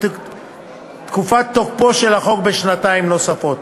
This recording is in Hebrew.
תקופת תוקפו של החוק בשנתיים נוספות.